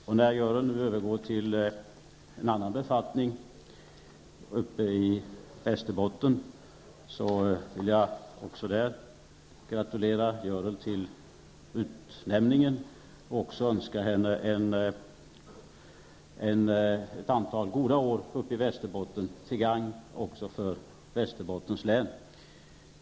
När Görel Bohlin nu övergår till en annan befattning uppe i Västerbotten vill jag gratulera till utnämningen och önska henne ett antal goda år uppe i Västerbotten, till gagn för Västerbottens län.